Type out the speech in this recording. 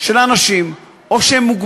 קבוצות שלמות של אנשים שהם או מוגבלים,